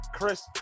Chris